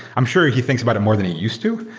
i'm sure he thinks about it more than he used to.